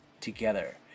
together